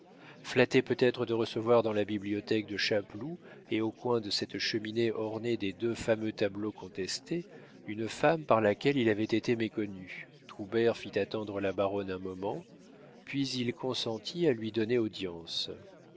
flatté peut-être de recevoir dans la bibliothèque de chapeloud et au coin de cette cheminée ornée des deux fameux tableaux contestés une femme par laquelle il avait été méconnu troubert fit attendre la baronne un moment puis il consentit à lui donner audience